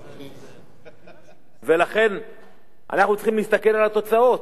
לכן אנחנו צריכים להסתכל על התוצאות,